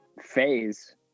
phase